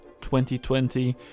2020